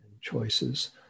choices